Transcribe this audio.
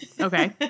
Okay